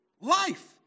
life